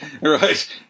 right